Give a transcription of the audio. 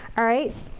alright.